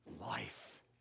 life